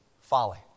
folly